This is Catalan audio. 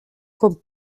com